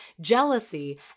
jealousy